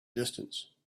distance